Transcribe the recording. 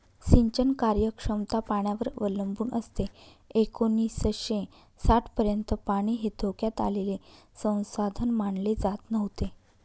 सिंचन कार्यक्षमता पाण्यावर अवलंबून असते एकोणीसशे साठपर्यंत पाणी हे धोक्यात आलेले संसाधन मानले जात नव्हते